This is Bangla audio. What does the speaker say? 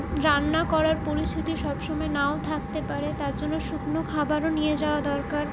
রান্না করার পরিস্থিতি সবসময় নাও থাকতে পারে তারজন্য শুকনো খাবারও নিয়ে যাওয়া দরকার